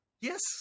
Yes